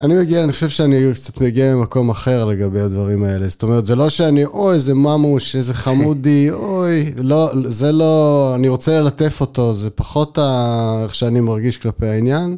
אני מגיע, אני חושב שאני קצת מגיע ממקום אחר לגבי הדברים האלה, זאת אומרת, זה לא שאני, אוי, איזה ממוש, איזה חמודי, אוי, זה לא, אני רוצה ללטף אותו, זה פחות איך שאני מרגיש כלפי העניין.